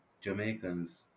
Jamaicans